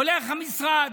הולך המשרד,